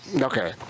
Okay